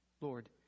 Lord